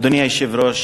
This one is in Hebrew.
אדוני היושב-ראש,